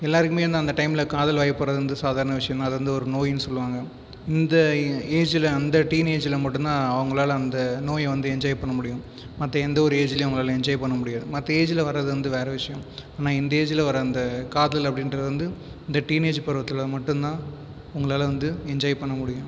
எல்லாருக்குமே அந்த டைமில் காதல் வயப்படுகிறது வந்து சாதாரண விஷயம் தான் அந்த ஒரு நோய்ன்னு சொல்லுவாங்கள் இந்த ஏஜ்ஜில் அந்த டீனேஜ்யில் மட்டும் தான் அவங்களால் வந்து அந்த நோய் வந்து என்ஜய் பண்ண முடியும் மற்ற எந்த ஒரு ஏஜூலேயும் அவங்கள்லால் என்ஜாய் பண்ண முடியாது மற்ற ஏஜ்ஜில் வரது வந்து அது வேறு விஷயம் ஆனால் இந்த ஏஜ்ஜில் வர அந்த காதல் அப்படின்றது வந்து இந்த டீனேஜ் பருவத்தில் மட்டும் தான் உங்களால் வந்து என்ஜாய் பண்ண முடியும்